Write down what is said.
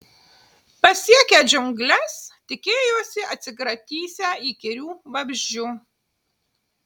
pasiekę džiungles tikėjosi atsikratysią įkyrių vabzdžių